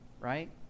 Right